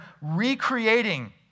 recreating